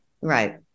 Right